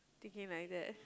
thinking like that